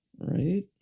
Right